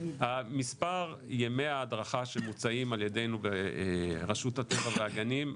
מספר ימי ההדרכה שמוצעים על ידינו ברשות הטבע והגנים,